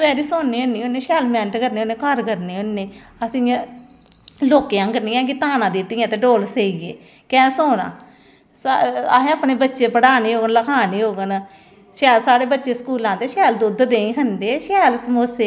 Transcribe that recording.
कोई बंदोबस्त नेंई करी सकदे बीऐ बास्तै बी दरबदर होनै पौंदा किसाने गी टाईमें दा बीऽ थ्होंदा नी ऐ अज्ज माहें दी फसल ऐ लोक सोहे आह्ले मांह् रहाने नै अदे केंई केंई चक्कर लाए नै कुदै मांहें दा बीऽ नीं छ्होंदा